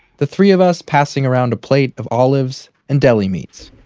the three of us passing around a plate of olives and deli meats.